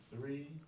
three